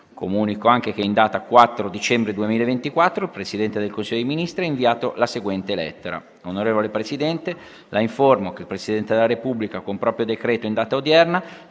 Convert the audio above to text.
Comunico che, in data 4 dicembre 2024, il Presidente del Consiglio dei ministri ha inviato la seguente lettera: